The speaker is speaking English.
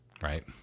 Right